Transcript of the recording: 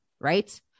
right